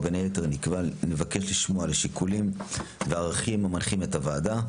ובין היתר נבקש לשמוע על השיקולים והערכים המנחים את הוועדה,